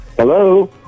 Hello